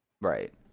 Right